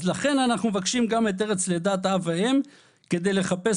לכן אנחנו מבקשים גם את ארץ לידת אב ואם כדי לחפש